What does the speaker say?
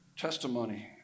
testimony